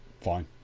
fine